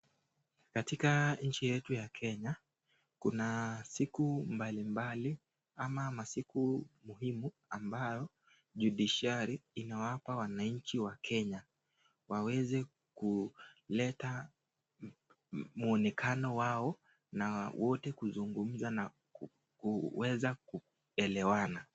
Katika nchi yetu ya Kenya, kuna siku mbali mbali ama masiku muhimu ambayo [cs)Judiciary(cs] inawapa wananchi wa Kenya waweze kuleta muonekano wao na wote kuzungumza na kuweza kuelewana.